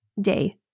day